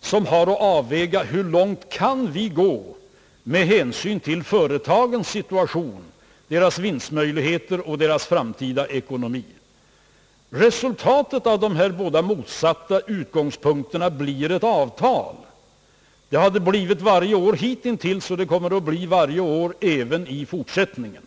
som har att avväga hur långt man kan gå med hän syn till företagens situation, deras vinstmöjligheter och deras framtida ekonomi. Resultatet av dessa båda motsatta utgångspunkter blir ett avtal. Det har det blivit varje år hittills, och det kommer det att bli varje år även i fortsättningen.